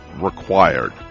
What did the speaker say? required